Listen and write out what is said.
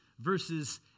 Verses